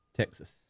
Texas